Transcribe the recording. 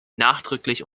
nachdrücklich